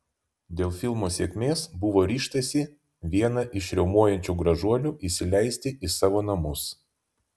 dėl filmo sėkmės buvo ryžtasi vieną iš riaumojančių gražuolių įsileisti į savo namus